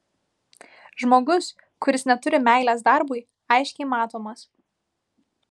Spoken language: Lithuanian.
žmogus kuris neturi meilės darbui aiškiai matomas